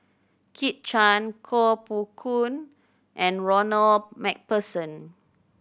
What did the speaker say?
Kit Chan Koh Poh Koon and Ronald Macpherson